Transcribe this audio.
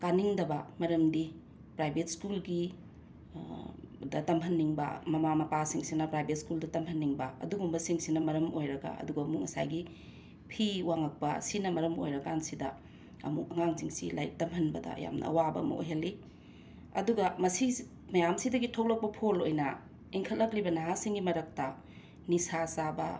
ꯀꯥꯅꯤꯡꯗꯕ ꯃꯔꯝꯗꯤ ꯄ꯭ꯔꯥꯏꯕꯦꯠ ꯁ꯭ꯀꯨꯜꯒꯤ ꯗ ꯇꯝꯍꯟꯅꯤꯡꯕ ꯃꯃꯥ ꯃꯄꯥꯁꯤꯡꯁꯤꯅ ꯄ꯭ꯔꯥꯏꯕꯦꯠ ꯁ꯭ꯀꯨꯜꯗ ꯇꯝꯍꯟꯅꯤꯡꯕ ꯑꯗꯨꯒꯨꯝꯕꯁꯤꯡꯁꯤꯅ ꯃꯔꯝ ꯑꯣꯏꯔꯒ ꯑꯗꯨꯒ ꯑꯃꯨꯛ ꯉꯁꯥꯏꯒꯤ ꯐꯤ ꯋꯥꯡꯂꯛꯄ ꯑꯁꯤꯅ ꯃꯔꯝ ꯑꯣꯏꯔꯀꯥꯟꯁꯤꯗ ꯑꯃꯨꯛ ꯑꯉꯥꯡꯁꯤꯡꯁꯤ ꯂꯥꯏꯔꯤꯛ ꯇꯝꯍꯟꯕꯗ ꯌꯥꯝꯅ ꯑꯋꯥꯕ ꯑꯃ ꯑꯣꯏꯍꯜꯂꯤ ꯑꯗꯨꯒ ꯃꯁꯤ ꯃꯌꯥꯝꯁꯤꯗꯒꯤ ꯊꯣꯂꯛꯄ ꯐꯣꯜ ꯑꯣꯏꯅ ꯏꯪꯈꯠꯂꯛꯂꯤꯕ ꯅꯍꯥꯁꯤꯡꯒꯤ ꯃꯔꯛꯇ ꯅꯤꯁꯥ ꯆꯥꯕ